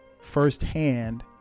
firsthand